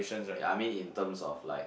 ya I mean in terms of like